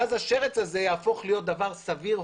ואז השרץ הזה יהפוך להיות דבר סביר,